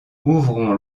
ouvrons